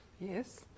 Yes